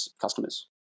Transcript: customers